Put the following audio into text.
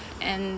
and